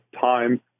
time